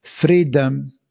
freedom